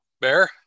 Bear